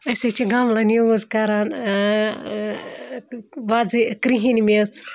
أسۍ حظ چھِ گَملَن یوٗز کَران وَزٕ کِرٛہِنۍ میٚژ